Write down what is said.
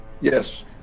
Yes